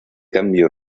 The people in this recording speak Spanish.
cambio